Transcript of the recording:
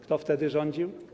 Kto wtedy rządził?